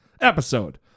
episode